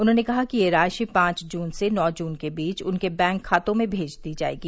उन्होंने कहा कि यह राशि पांच जून से नौ जून के बीच उनके बैंक खातों में भेज दी जाएगी